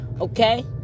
okay